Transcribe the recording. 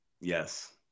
Yes